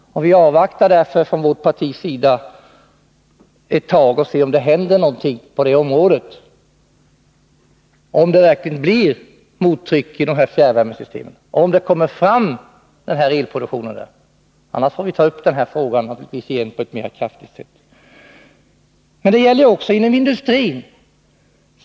Vi avvaktar därför från vårt parti och ser om det händer något på det området, om det verkligen blir mottryckskraft i fjärrvärmesystemen, om elkraft kommer fram den vägen. Annars får vi ta upp frågan mer kraftfullt. Men här gäller det också industrin.